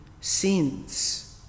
sins